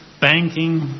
banking